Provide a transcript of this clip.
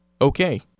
Okay